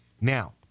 Now